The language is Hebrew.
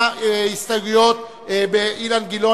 ההסתייגות של חברי הכנסת אילן גילאון